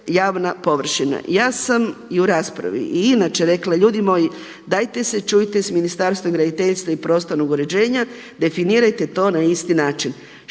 javna površina. Ja sam i u raspravi i inače rekla ljudima dajte se čujte sa Ministarstvom graditeljstva i prostornog uređenja, definirajte to na isti način.